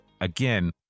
Again